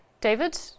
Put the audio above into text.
David